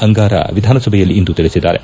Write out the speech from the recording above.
ಅಂಗಾರ ವಿಧಾನಸಭೆಯಲ್ಲಿಂದು ತಿಳಿಸಿದ್ದಾರೆ